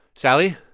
sally,